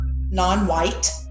non-white